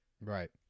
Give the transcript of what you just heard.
right